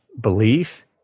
belief